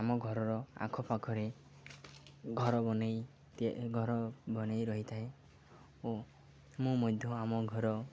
ଆମ ଘରର ଆଖପାଖରେ ଘର ବନେଇ ଘର ବନେଇ ରହିଥାଏ ଓ ମୁଁ ମଧ୍ୟ ଆମ ଘର